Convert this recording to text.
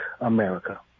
America